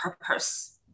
purpose